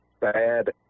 bad